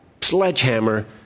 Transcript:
sledgehammer